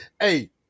Hey